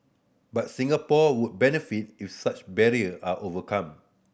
but Singapore would benefit if such barrier are overcome